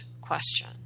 question